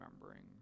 remembering